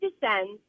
descends